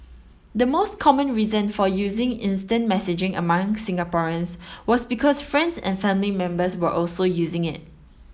the most common reason for using instant messaging among Singaporeans was because friends and family members were also using it